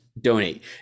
donate